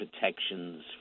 protections